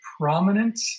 prominent